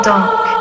Dark